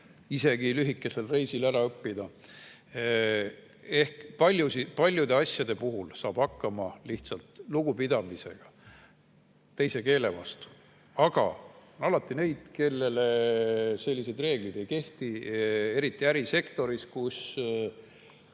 isegi lühikesel reisil ära õppida. Paljude asjade puhul saab hakkama lihtsalt lugupidamisega teise keele vastu. Aga on alati neid, kellele sellised reeglid ei kehti, eriti ärisektoris, kus